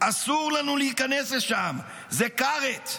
"אסור לנו להיכנס להר הבית, זה כרת.